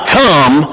come